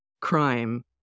crime